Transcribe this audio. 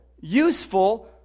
useful